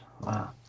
Wow